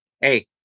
Hey